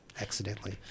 accidentally